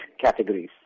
categories